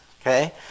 okay